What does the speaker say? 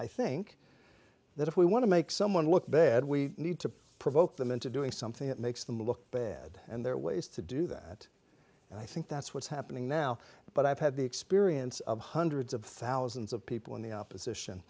i think that if we want to make someone look bad we need to provoke them into doing something that makes them look bad and there are ways to do that and i think that's what's happening now but i've had the experience of hundreds of thousands of people in the opposition